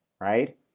right